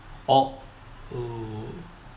orh oh